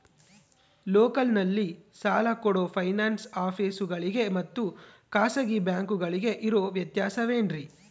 ಲೋಕಲ್ನಲ್ಲಿ ಸಾಲ ಕೊಡೋ ಫೈನಾನ್ಸ್ ಆಫೇಸುಗಳಿಗೆ ಮತ್ತಾ ಖಾಸಗಿ ಬ್ಯಾಂಕುಗಳಿಗೆ ಇರೋ ವ್ಯತ್ಯಾಸವೇನ್ರಿ?